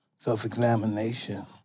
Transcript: self-examination